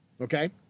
okay